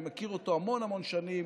אני מכיר אותו המון המון שנים,